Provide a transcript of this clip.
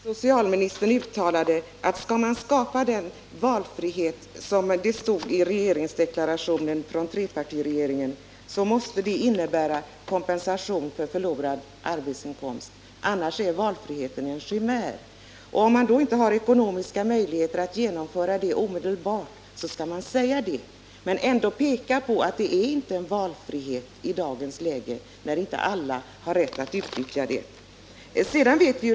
Herr talman! Jag skulle önska att socialministern ville uttala att en sådan valfrihet som angavs i regeringsdeklarationen från trepartiregeringen förutsätter kompensation för förlorad arbetsinkomst. Annars är valfriheten en chimär. Om man inte har ekonomiska möjligheter att genomföra den omedelbart, skall man säga det men samtidigt framhålla att det inte råder valfrihet i dagens läge, då möjligheten inte kan utnyttjas av alla småbarnsföräldrar.